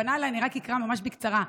פנה אליי, אני אקרא ממש בקצרה.